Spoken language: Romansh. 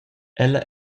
ella